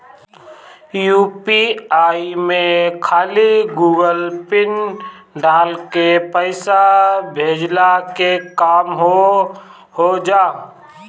UPI में खाली Google pin डाल के पईसा भेजला के काम हो होजा